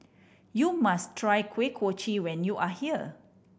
you must try Kuih Kochi when you are here